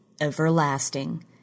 everlasting